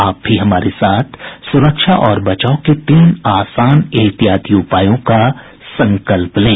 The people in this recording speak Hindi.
आप भी हमारे साथ सुरक्षा और बचाव के तीन आसान एहतियाती उपायों का संकल्प लें